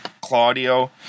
Claudio